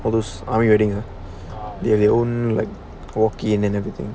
all those are wedding they have own like hockey and everything